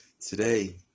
Today